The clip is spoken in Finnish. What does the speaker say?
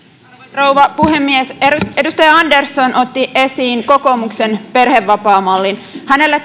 rouva puhemies edustaja andersson otti esiin kokoomuksen perhevapaamallin hänelle